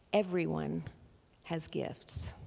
everyone has gifts.